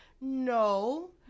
No